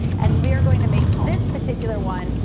and we're going to make this particular one,